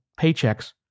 paychecks